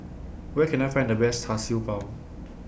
Where Can I Find The Best Char Siew Bao